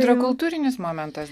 yra kultūrinis momentas